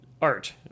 Art